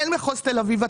אין במחוז תל אביב אתמ"מ,